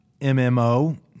MMO